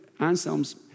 Anselm's